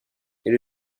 elle